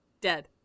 dead